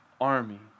army